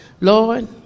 Lord